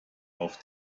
auf